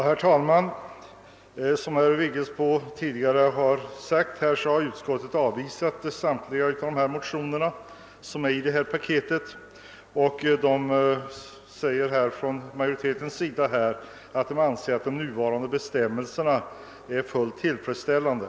Herr talman! Som herr Vigelsbo påpekat har utskottet avstyrkt samtliga motioner som behandlas i det föreliggande betänkandet. Utskottsmajoriteten anser att de nuvarande bestämmelserna är fullt tillfredsställande.